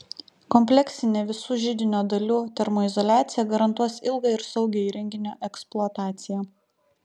kompleksinė visų židinio dalių termoizoliacija garantuos ilgą ir saugią įrenginio eksploataciją